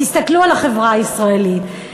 תסתכלו על החברה הישראלית,